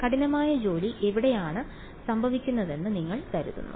കഠിനമായ ജോലി എവിടെയാണ് സംഭവിക്കുന്നതെന്ന് നിങ്ങൾ കരുതുന്നു